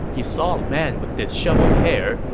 he saw a man with disheveled hair,